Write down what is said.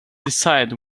decide